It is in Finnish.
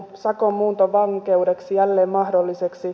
sakon muunto vankeudeksi jälleen mahdolliseksi